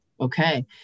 Okay